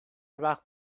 وقت